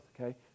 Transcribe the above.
okay